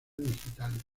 digital